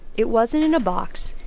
it wasn't in a box.